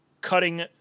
cutting